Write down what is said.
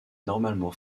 normalement